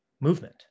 movement